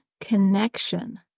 connection